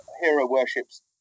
hero-worships